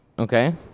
Okay